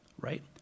Right